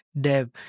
Dev